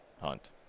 hunt